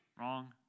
wrong